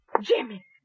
Jimmy